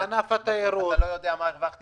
אלה חוקים